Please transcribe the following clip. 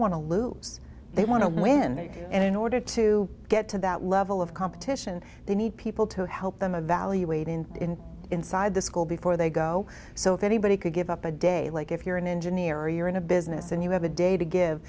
to lose they want to win and in order to get to that level of competition they need people to help them evaluate in inside the school before they go so if anybody could give up a day like if you're an engineer or you're in a business and you have a day to give